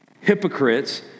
hypocrites